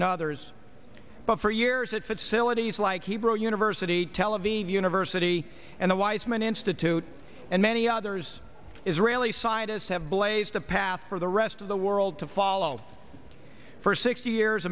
and others but for years at facilities like hebrew university tel aviv university and the weizmann institute and many others israeli scientists have blazed a path for the rest of the world to follow for sixty years